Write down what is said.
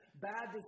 bad